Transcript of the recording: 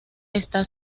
está